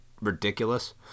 ridiculous